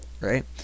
right